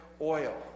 oil